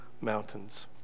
mountains